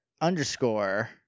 underscore